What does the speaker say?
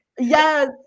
Yes